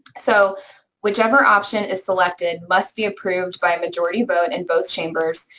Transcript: so whichever option is selected must be approved by a majority vote in both chambers,